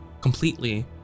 completely